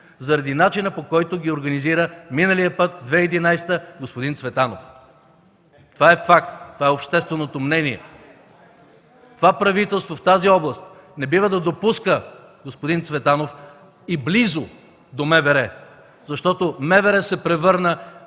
заради начина, по който ги организира миналия път през 2011 г. господин Цветанов. (Реплики от ГЕРБ.) Това е факт, това е общественото мнение. Това правителство в тази област не бива да допуска господин Цветанов и близо до МВР, защото МВР се превърна